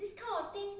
this kind of thing